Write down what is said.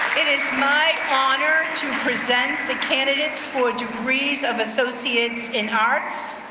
it is my honor to present the candidates for degrees of associates in arts,